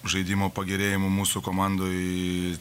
žaidimo pagerėjimų mūsų komandoj